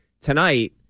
Tonight